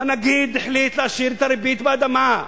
הנגיד החליט להשאיר את הריבית באדמה.